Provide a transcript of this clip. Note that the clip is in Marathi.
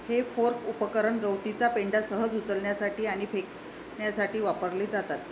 हे फोर्क उपकरण गवताची पेंढा सहज उचलण्यासाठी आणि फेकण्यासाठी वापरली जातात